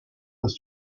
was